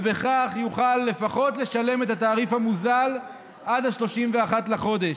ובכך יוכל לפחות לשלם את התעריף המוזל עד 31 בחודש.